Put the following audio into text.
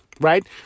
right